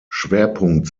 schwerpunkt